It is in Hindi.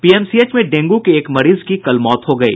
पीएमसीएच में डेंगू के एक मरीज की कल मौत हो गयी